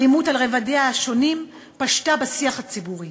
האלימות, על רבדיה השונים, פשתה בשיח הציבורי.